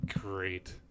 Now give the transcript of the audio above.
Great